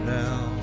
now